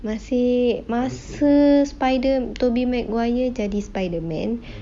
masih masa spider toby maguire jadi spiderman